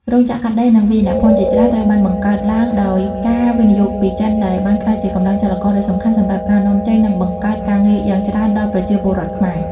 រោងចក្រកាត់ដេរ និងវាយនភ័ណ្ឌជាច្រើនត្រូវបានបង្កើតឡើងដោយការវិនិយោគពីចិន ដែលបានក្លាយជាកម្លាំងចលករដ៏សំខាន់សម្រាប់ការនាំចេញ និងបង្កើតការងារយ៉ាងច្រើនដល់ប្រជាពលរដ្ឋខ្មែរ។